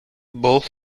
both